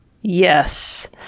Yes